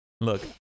look